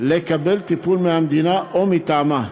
לקבל טיפול מהמדינה או מטעמה.